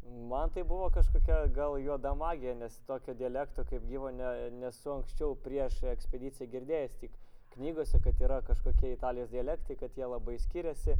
man tai buvo kažkokia gal juoda magija nes tokio dialekto kaip gyvo ne nesu anksčiau prieš ekspediciją girdėjęs tik knygose kad yra kažkokie italijos dialektai kad jie labai skiriasi